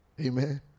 amen